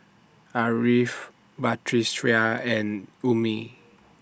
Ariff Batrisya and Ummi